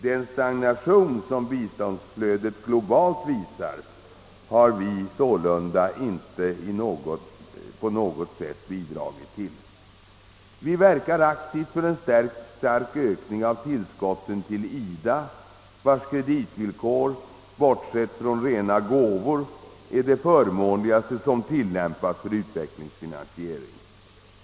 Den stagnation som biståndsflödet globalt visar har vi sålunda inte på något sätt bidragit till. Vi verkar aktivt för en stark ökning av tillskotten till IDA, vars kreditvillkor, bortsett från rena gåvor, är de förmånligaste som tillämpas för utvecklingsfinansiering.